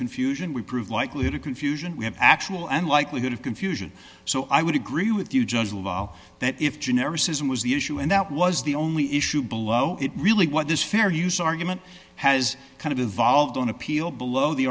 confusion we prove likelihood of confusion we have actual and likelihood of confusion so i would agree with you just that if generics isn't was the issue and that was the only issue below it really what this fair use argument has kind of evolved on appeal below the